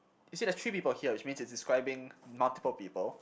you see there's three people here which means it's describing multiple people